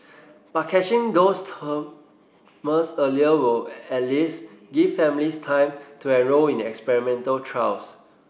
but catching those earlier will at least give families time to enrol in experimental trials